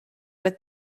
with